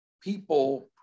people